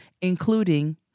including